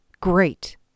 Great